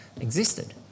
existed